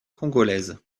congolaise